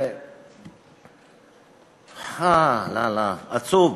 זה עצוב.